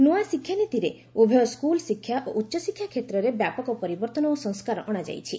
ନୂଆ ଶିକ୍ଷାନୀତିରେ ଉଭୟ ସ୍କୁଲ୍ ଶିକ୍ଷା ଓ ଉଚ୍ଚଶିକ୍ଷା କ୍ଷେତ୍ରରେ ବ୍ୟାପକ ପରିବର୍ତ୍ତନ ଓ ସଂସ୍କାର ଅଣାଯାଇଛି